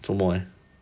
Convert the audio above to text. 做么 eh